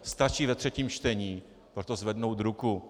Stačí ve třetím čtení pro to zvednout ruku.